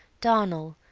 darnel,